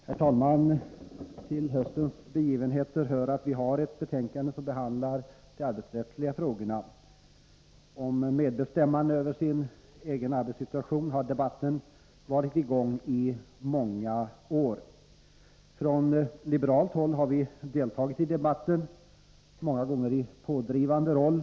Herr talman! Till höstens ”begivenheter” hör att vi har ett betänkande som behandlar de arbetsrättsliga frågorna. I fråga om medbestämmandet över den egna arbetssituationen har ju debatten varit i gång i många år. Från liberalt håll har vi deltagit i debatten, många gånger i pådrivande roll.